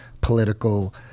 political